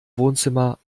wohnzimmer